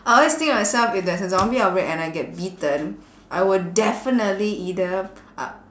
I always think of myself if there's a zombie outbreak and I get bitten I will definitely either uh